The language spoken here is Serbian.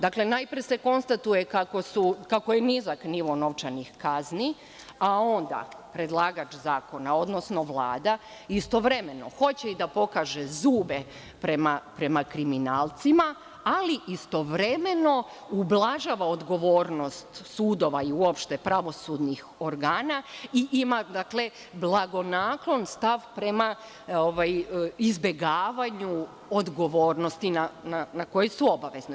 Dakle, najpre se konstatuje kako je nizak nivo novčanih kazni, a onda predlagač zakona, odnosno Vlada istovremeno hoće i da pokaže zube prema kriminalcima, ali istovremeno ublažava odgovornost sudova i uopšte pravosudnih organa, i ima blagonaklon stav prema izbegavanju odgovornosti na koji su obavezne.